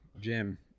Jim